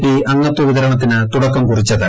P അംഗത്വ വിതരണത്തിന് തുടക്കം കുറിച്ചത്